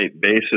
basis